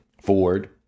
Ford